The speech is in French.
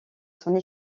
son